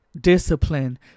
discipline